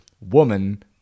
woman